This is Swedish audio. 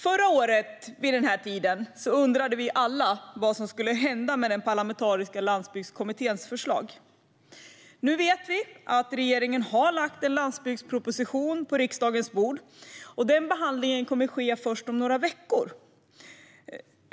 Förra året vid den här tiden undrade vi alla vad som skulle hända med Parlamentariska landsbygdskommitténs förslag. Nu vet vi att regeringen har lagt en landsbygdsproposition på riksdagens bord, och behandling kommer att ske först om några veckor.